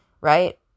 Right